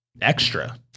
extra